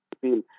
feel